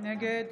נגד